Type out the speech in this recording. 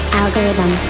algorithm